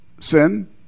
sin